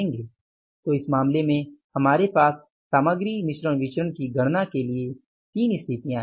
तो इस मामले में हमारे पास सामग्री मिश्रण विचरण की गणना के लिए 3 स्थितियां हैं